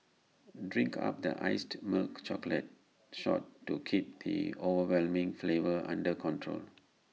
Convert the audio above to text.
drink up the iced milk chocolate shot to keep the overwhelming flavour under control